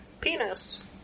penis